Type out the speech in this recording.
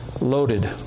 loaded